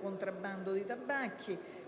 contrabbando di tabacchi,